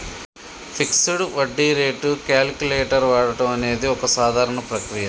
fixed వడ్డీ rate calculator వాడడం అనేది ఒక సాధారణ ప్రక్రియ